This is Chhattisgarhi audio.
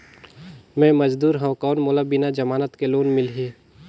मे मजदूर हवं कौन मोला बिना जमानत के लोन मिलही?